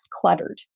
cluttered